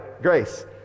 grace